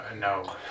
no